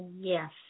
Yes